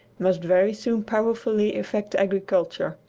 must very soon powerfully affect agriculture.